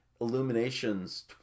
Illuminations